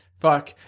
fuck